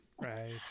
right